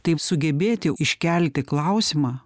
taip sugebėti iškelti klausimą